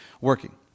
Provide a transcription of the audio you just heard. working